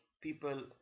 people